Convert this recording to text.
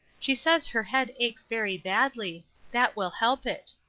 she says her head aches very badly that will help it.